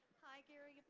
hi gary,